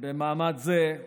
במעמד זה הוא